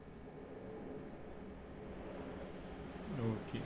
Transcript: okay